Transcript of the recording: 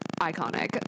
iconic